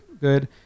good